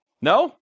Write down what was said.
No